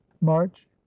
march